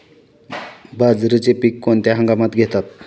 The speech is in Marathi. बाजरीचे पीक कोणत्या हंगामात घेतात?